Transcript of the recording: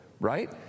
right